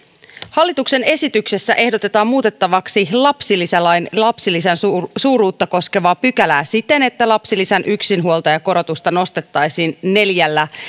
hallituksen esityksessä ehdotetaan muutettavaksi lapsilisälain lapsilisän suuruutta koskevaa pykälää siten että lapsilisän yksinhuoltajakorotusta nostettaisiin neljällä